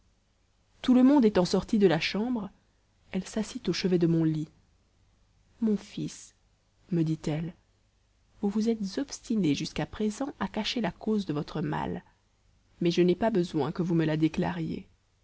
tout le monde étant sorti de la chambre elle s'assit au chevet de mon lit mon fils me dit-elle vous vous êtes obstiné jusqu'à présent à cacher la cause de votre mal mais je n'ai pas besoin que vous me la déclariez